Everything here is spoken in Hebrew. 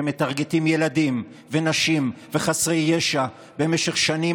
שמטרגטים ילדים ונשים וחסרי ישע במשך שנים